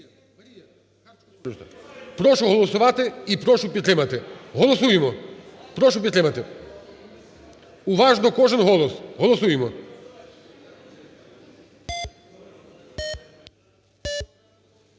Прошу голосувати і прошу підтримати, голосуємо. Прошу підтримати. Уважно кожен голос, голосуємо.